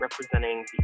representing